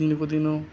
ଦିନକୁ ଦିନ